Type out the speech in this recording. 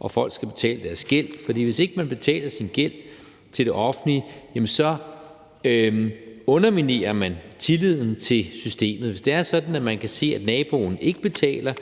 Og folk skal betale deres gæld, for hvis ikke man betaler sin gæld til det offentlige, underminerer man tilliden til systemet. Hvis det er sådan, at man kan se, at naboen ikke betaler,